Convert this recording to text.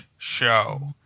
Show